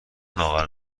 لاغر